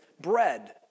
bread